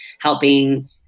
helping